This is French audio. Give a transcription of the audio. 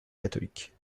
catholiques